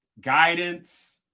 guidance